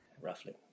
roughly